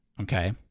Okay